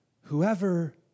Whoever